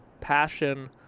passion